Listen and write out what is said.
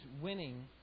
winning